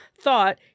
thought